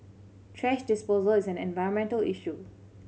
thrash disposal is an environmental issue